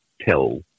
tell